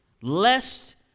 lest